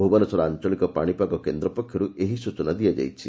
ଭୁବନେଶ୍ୱର ଆଞ୍ଚଳିକ ପାଶିପାଗ କେନ୍ଦ ପକ୍ଷରୁ ଏହି ସୂଚନା ଦିଆଯାଇଛି